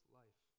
life